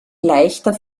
leichter